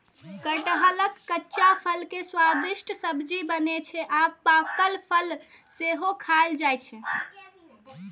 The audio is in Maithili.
कटहलक कच्चा फल के स्वादिष्ट सब्जी बनै छै आ पाकल फल सेहो खायल जाइ छै